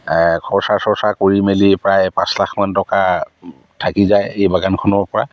খৰচা চৰ্চা কৰি মেলি প্ৰায় পাঁচ লাখমান টকা থাকি যায় এই বাগানখনৰ পৰা